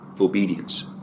obedience